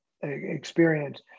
experience